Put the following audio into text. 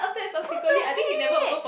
what the heck